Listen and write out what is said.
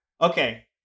okay